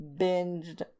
binged